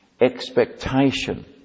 expectation